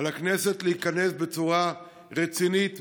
על הכנסת להיכנס בצורה רצינית,